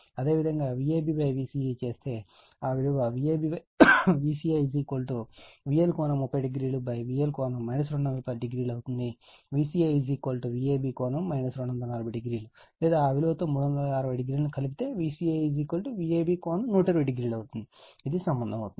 అదేవిధంగా VabVca చేస్తే ఆ విలువ VabVcaVL300VL 2100 అవుతుంది Vca Vab ∠ 240o లేదా ఆ విలువ తో 3600 ను కలిపితే Vca Vab ∠120o అవుతుంది ఇది సంబంధం అవుతుంది